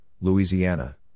Louisiana